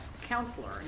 counselor